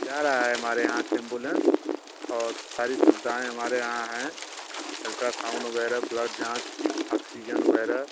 जा रहा है हमारे यहाँ से एंबुलेंस और सारी सुविधाऍं हमारे यहाँ हैं अल्ट्रासाउंड वगैरह ब्लड जाँच आक्सीजन वगैरह